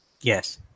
Yes